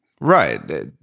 Right